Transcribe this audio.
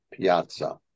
Piazza